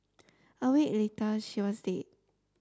a week later she was dead